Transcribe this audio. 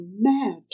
mad